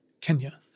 Kenya